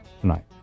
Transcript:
tonight